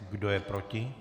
Kdo je proti?